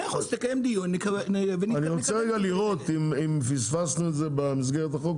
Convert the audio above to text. אני רוצה רגע לראות אם פספסנו את זה במסגרת החוק,